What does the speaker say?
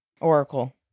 Oracle